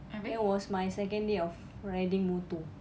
that was my second day of riding motor